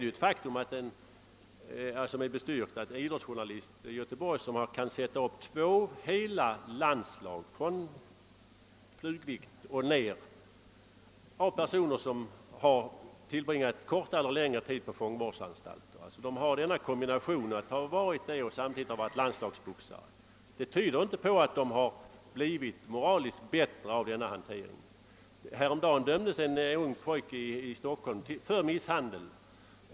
En idrottsjournalist i Göteborg har emellertid förklarat att han skulle kunna ställa upp två heia boxningslandslag, från flugvikt upp till tungvikt, av personer som har tillbringat kortare eller längre tid på fångvårdsanstalter. Det är alltså brottslingar som alla har varit landslagsboxare. Det tyder ju inte på att de har blivit moraliskt bättre av boxningen. Häromdagen dömdes också en ung stockholmspojke för misshandel.